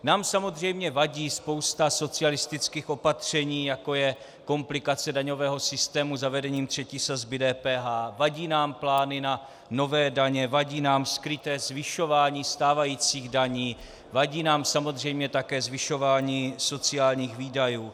Nám samozřejmě vadí spousta socialistických opatření, jako je komplikace daňového systému zavedením třetí sazby DPH, vadí nám plány na nové daně, vadí nám skryté zvyšování stávajících daní, vadí nám samozřejmě také zvyšování sociálních výdajů.